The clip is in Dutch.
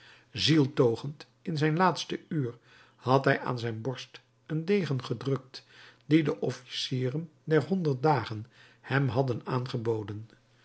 zieltogend in zijn laatste uur had hij aan zijn borst een degen gedrukt dien de officieren der honderd dagen hem hadden aangeboden